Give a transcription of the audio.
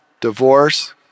divorce